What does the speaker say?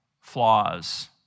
flaws